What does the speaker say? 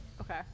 Okay